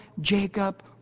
Jacob